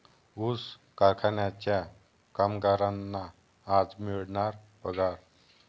ऊस कारखान्याच्या कामगारांना आज मिळणार पगार